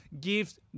gives